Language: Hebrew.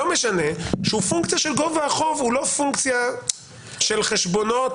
לא משנה שהוא פונקציה של גובה החוב והוא לא פונקציה של חשבונות